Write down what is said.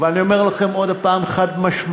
ואני אומר לכם עוד הפעם חד-משמעית: